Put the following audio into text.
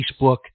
Facebook